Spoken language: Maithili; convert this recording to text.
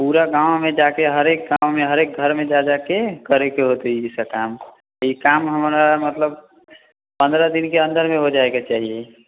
पूरा गाँवमे जाके हरेक गाँवमे हरेक घरमे जा जाके करैके होतै ई सभ काम ई काम हमरा मतलब पन्द्रह दिनके अन्दरमे हो जाइके चाहिय